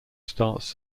starts